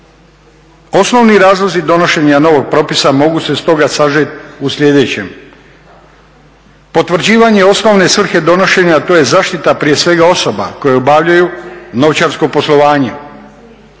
Osnovni razlozi donošenja novog propisa mogu se stoga sažeti u sljedećem: potvrđivanje osnovne svrhe donošenja to je zaštita prije svega osoba koje obavljaju novčarsko poslovanje,